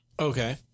Okay